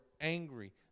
angry